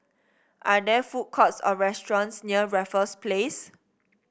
are there food courts or restaurants near Raffles Place